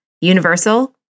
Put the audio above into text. Universal